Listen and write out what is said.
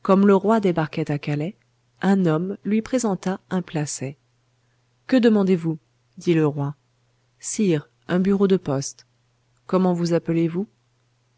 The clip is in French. comme le roi débarquait à calais un homme lui présenta un placet que demandez-vous dit le roi sire un bureau de poste comment vous appelez-vous